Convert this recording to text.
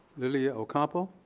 lilia ocampo.